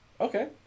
Okay